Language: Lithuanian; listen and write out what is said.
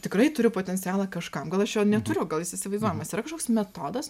tikrai turiu potencialą kažkam gal aš jo neturiu gal jis įsivaizduojamas yra kažkoks metodas